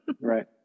right